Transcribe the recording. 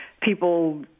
people